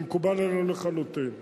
זה מקובל עלינו לחלוטין.